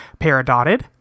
Paradotted